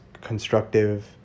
constructive